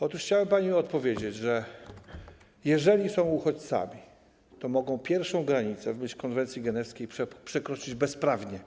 Otóż chciałem pani odpowiedzieć, że jeżeli są uchodźcami, to pierwszą granicę w myśl konwencji genewskiej mogą przekroczyć bezprawnie.